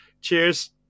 Cheers